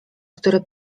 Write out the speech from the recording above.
który